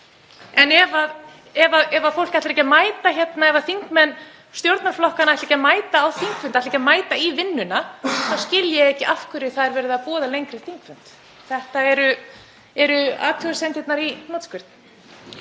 En ef fólk ætlar ekki að mæta hérna, ef þingmenn stjórnarflokkanna ætla ekki að mæta á þingfundi, ætla ekki að mæta í vinnuna, þá skil ég ekki af hverju er verið að boða lengri þingfund. Þetta eru athugasemdirnar í hnotskurn.